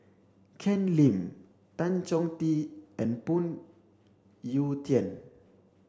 Ken Lim Tan Chong Tee and Phoon Yew Tien